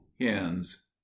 hens